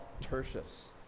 Tertius